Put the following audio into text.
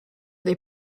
they